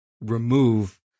remove